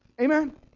Amen